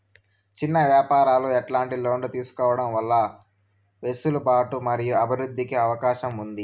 చిన్న వ్యాపారాలు ఎట్లాంటి లోన్లు తీసుకోవడం వల్ల వెసులుబాటు మరియు అభివృద్ధి కి అవకాశం ఉంది?